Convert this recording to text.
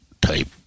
type